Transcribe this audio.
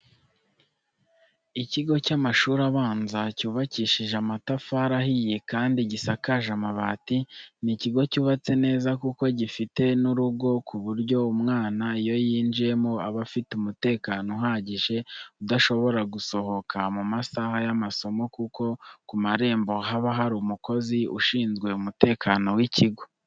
Ikigo cy'amashuri abanza cyubakishije amatafari ahiye kandi gisakaje amabati. Ni ikigo cyubatse neza kuko gifite n'urugo ku buryo umwana iyo yinjiyemo aba afite umutekano uhagije, adashobora gusohoka mu masaha y'amasomo kuko ku marembo haba hari umukozi ushinzwe umutekano w'ikigo.